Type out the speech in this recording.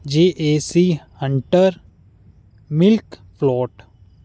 ਜੇ AC hunter milk float